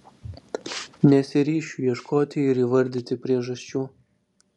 nesiryšiu ieškoti ar įvardyti priežasčių